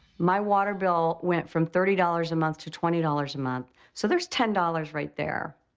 my water bill went from thirty dollars a month to twenty dollars a month, so there's ten dollars right there.